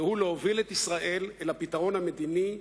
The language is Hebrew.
והוא להוביל את ישראל אל הפתרון המדיני האחד,